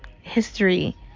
history